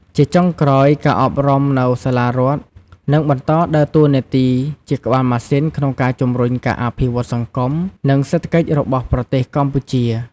ជាចុងក្រោយ ការអប់រំនៅសាលារដ្ឋនឹងបន្តដើរតួនាទីជា ក្បាលម៉ាស៊ីន ក្នុងការជំរុញការអភិវឌ្ឍសង្គម និងសេដ្ឋកិច្ចរបស់ប្រទេសកម្ពុជា។